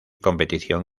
competición